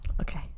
Okay